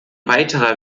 weiterer